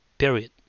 Period